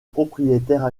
propriétaire